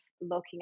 looking